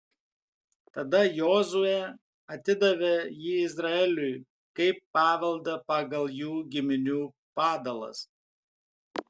tada jozuė atidavė jį izraeliui kaip paveldą pagal jų giminių padalas